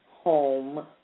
home